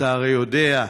אתה הרי יודע,